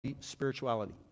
spirituality